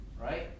right